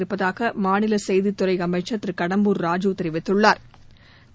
இருப்பதாக மாநில செய்தித்துறை அமைச்சா் திரு கடம்பூர் ராஜூ தெரிவித்துள்ளாா்